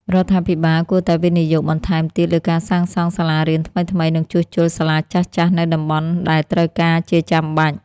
រដ្ឋាភិបាលគួរតែវិនិយោគបន្ថែមទៀតលើការសាងសង់សាលារៀនថ្មីៗ និងជួសជុលសាលាចាស់ៗនៅតំបន់ដែលត្រូវការជាចាំបាច់។